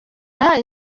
yahaye